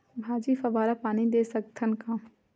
भाजी फवारा पानी दे सकथन का?